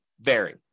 vary